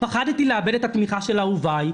פחדתי לאבד את התמיכה של אהוביי,